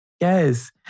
yes